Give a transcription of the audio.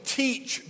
teach